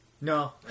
No